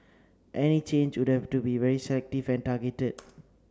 any change would have to be very selective and targeted